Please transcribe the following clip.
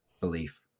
belief